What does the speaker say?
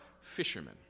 fishermen